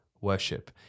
worship